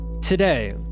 today